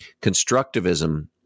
constructivism